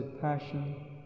Passion